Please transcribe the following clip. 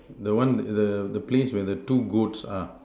the one the the place where the two goats are